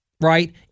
right